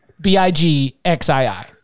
B-I-G-X-I-I